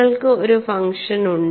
നിങ്ങൾക്ക് ഒരു ഫംഗ്ഷൻ ഉണ്ട്